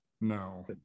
No